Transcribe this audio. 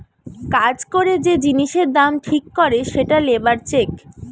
কাজ করে যে জিনিসের দাম ঠিক করে সেটা লেবার চেক